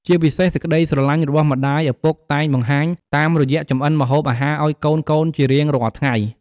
ជាពិសេសសេចក្ដីស្រឡាញ់របស់ម្តាយឪពុកតែងបង្ហាញ តាមរយះចម្អិនម្ហូបអាហារឱ្យកូនៗជារៀងរាល់ថ្ងៃ។